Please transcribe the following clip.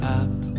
up